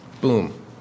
Boom